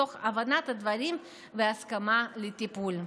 תוך הבנת הדברים והסכמה לטיפול.